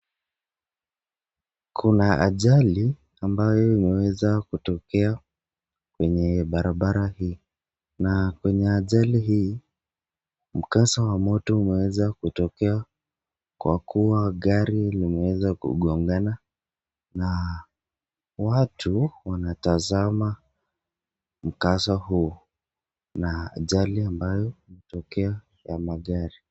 Kuna ajali ambayo imeweza kutokea kwenye barabara hii na kwenye ajali hii, mkasa wa moto umeweza kutokea kwa kuwa gari limeweza kugongana, na watu wanatazama mkasa huu na ajali ambayo imetokea ya magari.